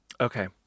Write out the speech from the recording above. Okay